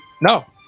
No